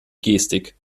gestik